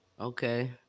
Okay